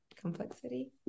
complexity